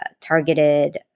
targeted